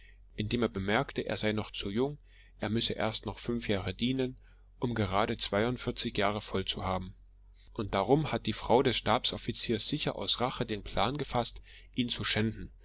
indem er bemerkte er sei noch zu jung er müsse erst noch fünf jahre dienen um gerade zweiundvierzig jahre voll zu haben und darum hat die frau des stabsoffiziers sicher aus rache den plan gefaßt ihn zu schänden